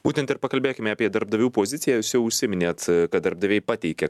būtent ir pakalbėkime apie darbdavių poziciją jūs jau užsiminėte kad darbdaviai pateikė